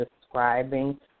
describing